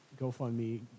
GoFundMe